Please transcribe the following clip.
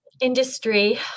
industry